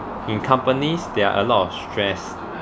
in companies there are a lot of stress